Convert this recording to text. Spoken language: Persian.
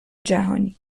جهانی